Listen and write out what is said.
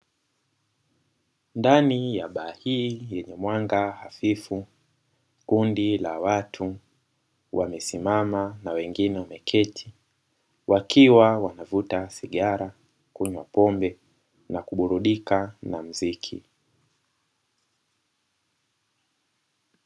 Ndani ya baa hii yenye mwanga hafifu, kundi la watu wamesimama na wengine wameketi wakiwa wanavuta sigara, kunywa pombe, na kuburudika na muziki.